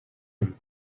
him